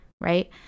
right